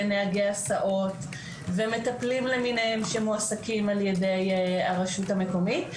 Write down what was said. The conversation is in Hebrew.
נהגי הסעות ומטפלים למיניהם שמועסקים על ידי הרשות המקומית.